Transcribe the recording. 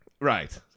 Right